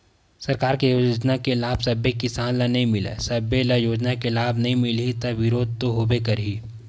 सरकार के योजना के लाभ सब्बे किसान ल नइ मिलय, सब्बो ल योजना के लाभ नइ मिलही त बिरोध तो होबे करही